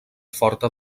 forta